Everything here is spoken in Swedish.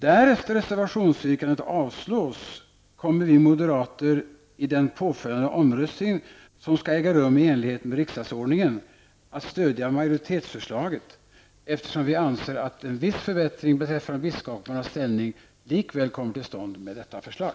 Därest reservationsyrkandet avslås kommer vi moderater i den påföljande omröstningen, som skall äga rum i enlighet med riksdagsordningen, att stödja majoritetsförslaget, eftersom vi anser att en viss förbättring beträffande biskoparnas ställning likväl kommer till stånd med detta förslag.